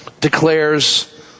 declares